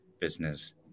business